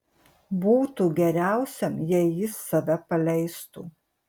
būtų geriausiam jei jis save paleistų